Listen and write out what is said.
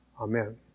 Amen